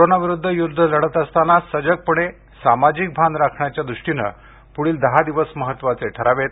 कोरोनाविरुद्ध यूद्ध लढत असताना सजगपणे सामाजिक भान राखण्याच्या द्रष्टिने प्ढील दहा दिवस महत्वाचे ठरावेत